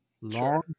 Long